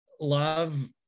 love